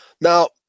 Now